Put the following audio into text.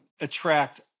attract